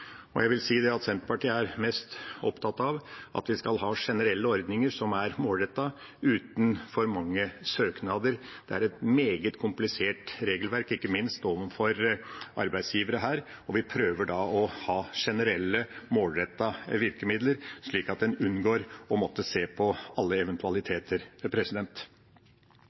Senterpartiet er mest opptatt av at vi skal ha generelle ordninger som er målrettet, uten for mange søknader. Det er et meget komplisert regelverk, ikke minst overfor arbeidsgivere her, og vi prøver å ha generelle målrettede virkemidler, slik at en unngår å måtte se på alle eventualiteter.